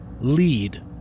Lead